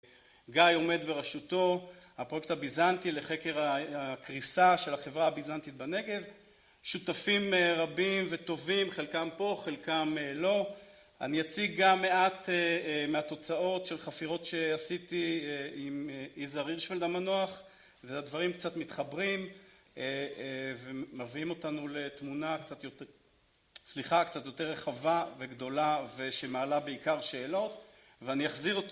גיא עומד בראשותו, הפרויקט הביזנטי לחקר הקריסה של החברה הביזנטית בנגב. שותפים רבים וטובים, חלקם פה, חלקם לא. אני אציג גם מעט מהתוצאות של חפירות שעשיתי עם יזהר הירשפלד המנוח. הדברים קצת מתחברים ומביאים אותנו לתמונה קצת יותר, סליחה, קצת יותר רחבה וגדולה ושמעלה בעיקר שאלות. ואני אחזיר א...